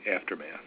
aftermath